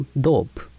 dope